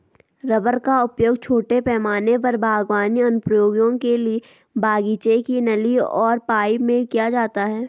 rubber का उपयोग छोटे पैमाने पर बागवानी अनुप्रयोगों के लिए बगीचे की नली और पाइप में किया जाता है